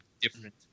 different